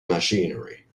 machinery